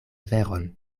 veron